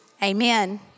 Amen